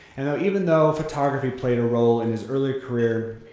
and even though photography played a role in his early career,